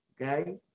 okay